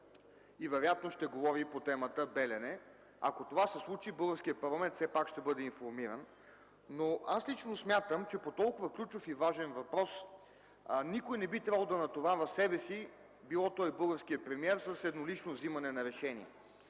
а вероятно ще говори и по темата „Белене”. Ако това се случи, българският парламент все пак ще бъде информиран, но аз лично смятам, че по толкова ключов и важен въпрос никой не би трябвало да натоварва себе си, било то и българският премиер, с еднолично вземане на решение.